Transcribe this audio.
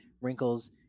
wrinkles